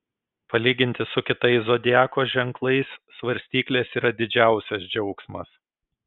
palyginti su kitais zodiako ženklais svarstyklės yra didžiausias džiaugsmas